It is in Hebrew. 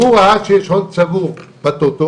והוא ראה שיש הון צבור בטוטו,